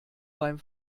beim